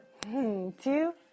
Two